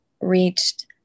reached